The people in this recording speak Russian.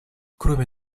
кроме